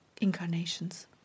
incarnations